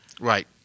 Right